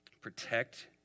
Protect